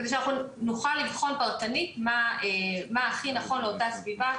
כדי שאנחנו נוכל לבחון מקומית מה הכי נכון לאותה סביבה.